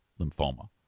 lymphoma